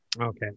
Okay